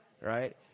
right